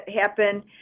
happen